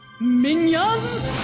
Minions